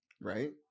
right